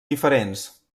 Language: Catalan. diferents